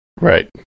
Right